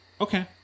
Okay